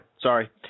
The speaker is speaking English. Sorry